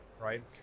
right